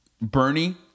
Bernie